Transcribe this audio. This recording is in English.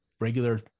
regular